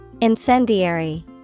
Incendiary